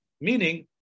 Meaning